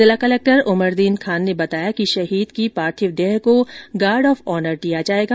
जिला कलेक्टर उमरदीन खान ने बताया कि शहीद की पार्थिव देह को गार्ड ऑफ ऑनर दिया जाएगा